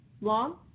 long